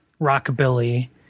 rockabilly